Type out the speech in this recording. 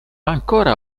ancora